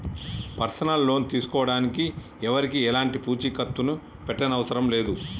personal loan తీసుకోడానికి ఎవరికీ ఎలాంటి పూచీకత్తుని పెట్టనవసరం లేదు